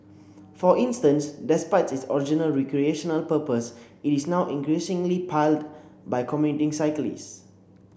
for instance despite its original recreational purpose it is now increasingly plied by commuting cyclists